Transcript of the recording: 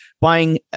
buying